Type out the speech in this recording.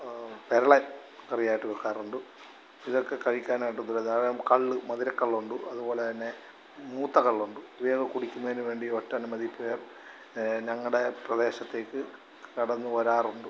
പെരളൻ കറിയായിട്ട് വെക്കാറുണ്ട് ഇതൊക്കെ കഴിക്കാനായിട്ട് പ്രധാനം കള്ള് മധുരക്കള്ളുണ്ടു അത്പോലെ തന്നെ മൂത്ത കള്ളുണ്ട് ഇവയൊക്കെ കുടിക്കുന്നതിന് വേണ്ടി ഒട്ടനവധി പേർ ഞങ്ങളുടെ പ്രദേശത്തേക്ക് കടന്ന് വരാറുണ്ട്